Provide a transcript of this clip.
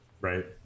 Right